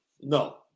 no